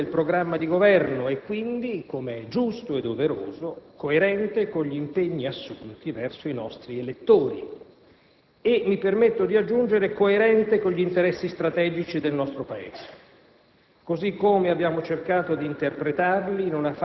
coerente con i princìpi ed i valori ispiratori del programma di Governo e quindi, come è giusto e doveroso, coerente con gli impegni assunti verso i nostri elettori e - mi permetto di aggiungere - coerente con gli interessi strategici del nostro Paese,